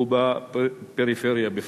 ובפריפריה בפרט.